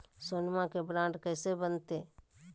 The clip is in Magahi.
सोनमा के बॉन्ड कैसे बनते?